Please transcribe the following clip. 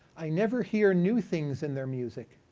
i never hear new things in their music.